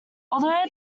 although